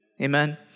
Amen